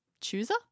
chooser